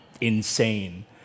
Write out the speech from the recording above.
insane